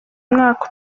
mwaka